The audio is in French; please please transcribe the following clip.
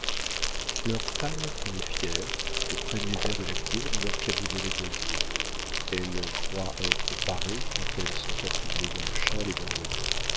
leurs femmes font les fières et prennent les airs de la cour dans leurs cabriolets d'osier elles croient être parées quand elles sont affublées d'un châle et d'un bonnet